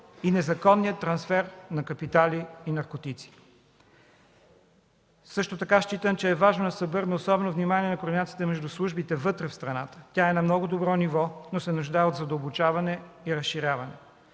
и незаконния трансфер на капитали и наркотици. Също така считам, че е важно да се обърне особено внимание на координацията между службите вътре в страната. Тя е на много добро ниво, но се нуждае от задълбочаване и разширяване.